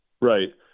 right